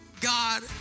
God